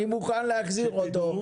אני מוכן להחזיר אותו,